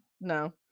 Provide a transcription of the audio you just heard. No